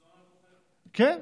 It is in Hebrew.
רצון הבוחר, כן,